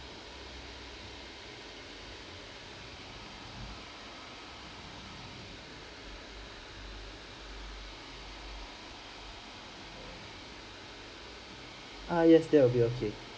uh yes that will be okay